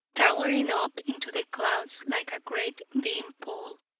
towering up into the clouds like a great beanpole,